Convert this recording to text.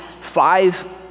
five